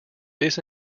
this